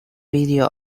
video